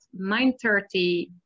9.30